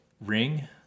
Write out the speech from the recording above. ring